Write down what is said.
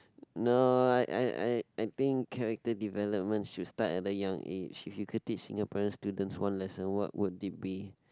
no I I I I think character development should start at a young age if you could teach Singaporean students one lesson what could it be